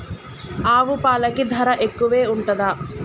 ఆవు పాలకి ధర ఎక్కువే ఉంటదా?